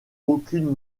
aucune